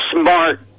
smart